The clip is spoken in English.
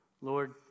Lord